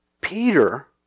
Peter